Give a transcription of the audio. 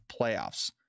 playoffs